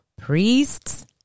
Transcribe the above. priests